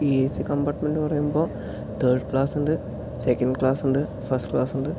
A C compartment എന്ന് പറയുമ്പോൾ third class ഉണ്ട് സെക്കൻഡ് ക്ലാസ് ഉണ്ട് ഫസ്റ്റ് ക്ലാസ് ഉണ്ട്